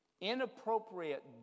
inappropriate